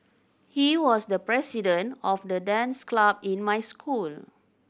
he was the president of the dance club in my school